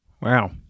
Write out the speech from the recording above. Wow